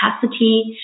capacity